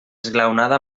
esglaonada